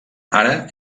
ara